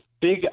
big